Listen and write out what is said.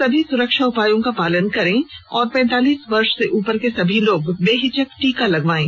सभी सुरक्षा उपायों का पालन करें और पैंतालीस वर्ष से उपर के सभी लोग बेहिचक टीका लगवायें